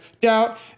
doubt